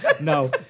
no